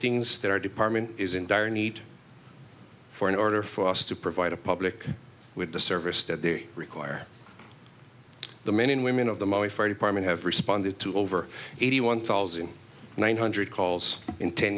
things that our department is in dire need for in order for us to provide a public with the service that they require the men and women of the money fire department have responded to over eighty one thousand one hundred calls in ten